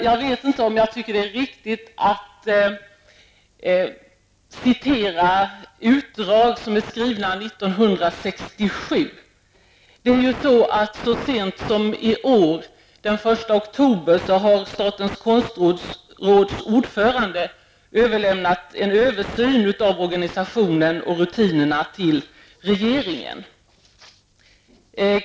Jag tycker inte det är riktigt att citera utdrag som är skrivna 1967. Så sent som den 1 oktober i år har konstrådets ordförande överlämnat en översyn av rådets organisation och rutiner till regeringen.